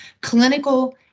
clinical